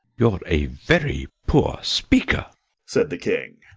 you're a very poor speaker said the king.